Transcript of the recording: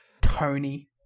Tony